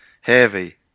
Heavy